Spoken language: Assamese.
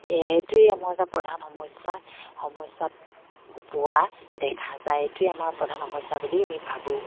এই এইটোৱে আমাৰ এটা প্ৰধান সমস্যা সমস্যাত পোৱা দেখা যায় এইটোৱে আমাৰ প্ৰধান সমস্যা বুলি আমি ভাবোঁ